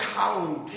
count